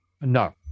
No